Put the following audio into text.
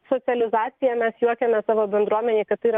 socializacija mes juokiamės savo bendruomenėj kad tai yra